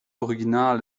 original